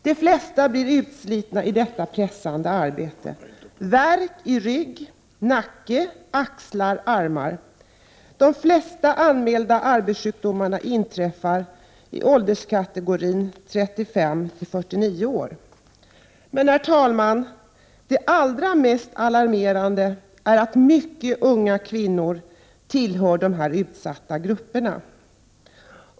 De flesta blir utslitna i detta pressande arbete och får värk i rygg, nacke, axlar och armar. De flesta anmälda arbetssjukdomarna inträffar i åldrarna 35—49 år. Men, herr talman, det mest alarmerande är att många mycket unga kvinnor också tillhör de utsatta grupperna.